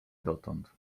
dotąd